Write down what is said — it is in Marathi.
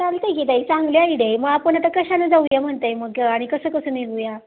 चालतं आहे की ताई चांगली आयडीया आहे मग आपण आता कशानं जाऊया म्हणताय मग आणि कसं कसं निघूया